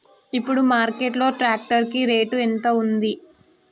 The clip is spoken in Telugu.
ఇప్పుడు మార్కెట్ లో ట్రాక్టర్ కి రేటు ఎంత ఉంది?